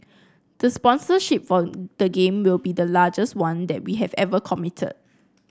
the sponsorship for the Game will be the largest one that we have ever committed